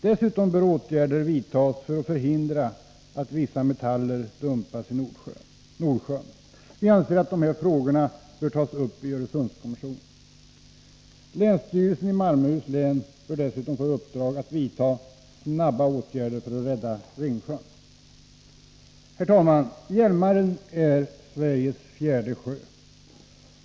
Dessutom framhåller vi att åtgärder bör vidtas för att förhindra att vissa metaller dumpas i Nordsjön. Vi anser att dessa frågor bör tas upp i Öresundskommissionen. Länsstyrelsen i Malmöhus län bör dessutom få i uppdrag att vidta snabba åtgärder för att rädda Ringsjön. Herr talman! Hjälmaren är Sveriges till storleksordningen fjärde sjö.